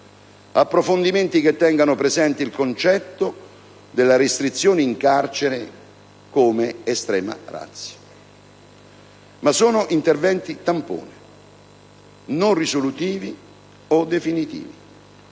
approfondimenti che tengano presente il concetto della restrizione in carcere come *extrema ratio*. Ma sono interventi tampone, non risolutivi o definitivi.